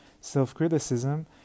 self-criticism